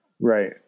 Right